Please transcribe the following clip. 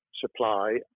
supply